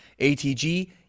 atg